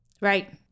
Right